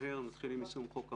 נתחיל עם יישום חוק המל"ל.